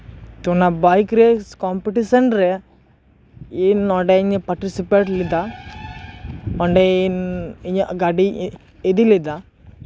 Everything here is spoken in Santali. ᱛᱚ ᱚᱱᱟ ᱵᱟᱭᱤᱠ ᱨᱮᱥ ᱠᱚᱢᱯᱤᱴᱤᱥᱮᱱ ᱨᱮ ᱤᱧ ᱱᱚᱰᱮᱧ ᱯᱟᱨᱴᱤᱥᱚᱯᱮᱴ ᱞᱮᱫᱟ ᱚᱸᱰᱮ ᱤᱧᱟᱹᱜ ᱜᱟᱹᱰᱤᱧ ᱤᱫᱤ ᱞᱮᱫᱟ